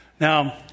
Now